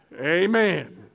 Amen